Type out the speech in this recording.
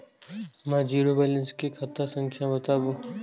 हमर zero balance के खाता संख्या बतबु?